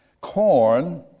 corn